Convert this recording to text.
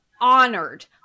honored